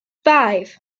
five